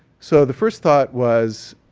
so, the first thought was,